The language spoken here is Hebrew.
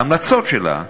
ההמלצות שלה,